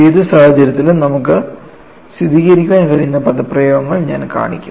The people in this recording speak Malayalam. ഏത് സാഹചര്യത്തിലും നമുക്ക് സ്ഥിരീകരിക്കാൻ കഴിയുന്ന പദപ്രയോഗങ്ങൾ ഞാൻ കാണിക്കും